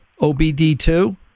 OBD2